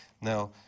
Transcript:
Now